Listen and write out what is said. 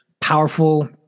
powerful